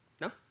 No